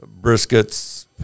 briskets